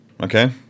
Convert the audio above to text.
okay